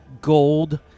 gold